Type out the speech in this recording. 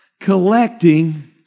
collecting